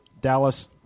Dallas